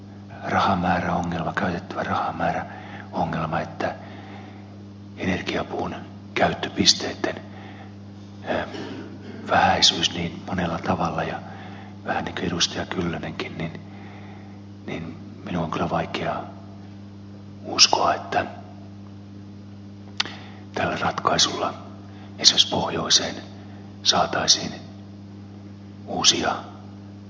kyllösenkin minun on kyllä vaikea uskoa että tällä ratkaisulla esimerkiksi pohjoiseen saataisiin uusia työpaikkoja